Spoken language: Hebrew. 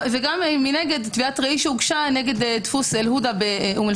ומנגד תביעת ראי שהוגשה נגד דפוס אל-עודה באום אל